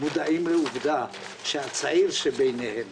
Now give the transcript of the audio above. מודעים לעובדה שהצעיר שבין האנשים